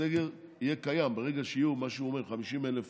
הסגר יהיה קיים ברגע שיהיה מה שהוא אומר, 50,000